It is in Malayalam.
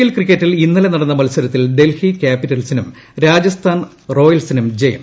എൽ ക്രിക്കറ്റിൽ ഇന്ന്ലെ നടന്ന മത്സരത്തിൽ ഡൽഹി ക്യാപിറ്റൽസിനും രാജസ്ഥാൻ റോയൽസിനും ജയം